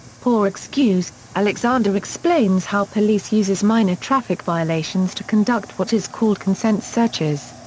poor excuse alexander explains how police uses minor traffic violations to conduct what is called consent searches.